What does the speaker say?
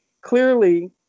Clearly